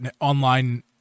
online